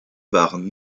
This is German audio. waren